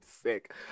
sick